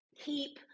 keep